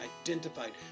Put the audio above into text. identified